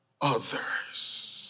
others